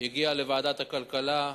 הגיע לוועדת הכלכלה,